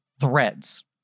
threads